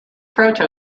proto